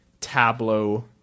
tableau